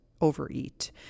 overeat